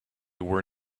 were